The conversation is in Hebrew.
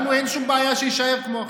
לנו אין שום בעיה שיישאר כמו עכשיו.